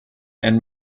and